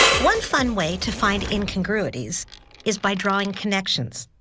one fun way to find incongruities is by drawing connections.